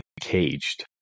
caged